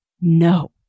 No